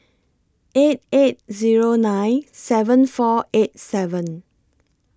eight eight Zero nine seven four eight seven